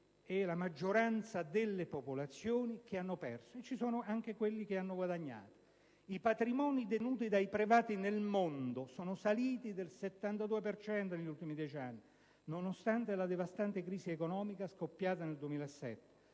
e la maggioranza delle popolazioni. Certo, ci sono poi anche quelli che hanno guadagnato dalla crisi. I patrimoni detenuti dai privati nel mondo sono saliti del 72 per cento negli ultimi dieci anni nonostante la devastante crisi economica scoppiata nel 2007,